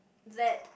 that